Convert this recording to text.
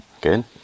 Good